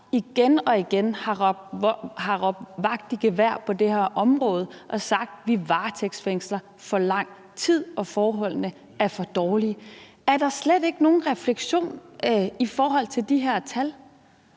igen og igen har råbt vagt i gevær på det her område og sagt, at vi varetægtsfængsler i for lang tid og forholdene er for dårlige. Er der slet ikke nogen refleksion i forhold til de her tal?